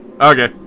Okay